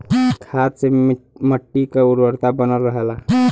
खाद से मट्टी क उर्वरता बनल रहला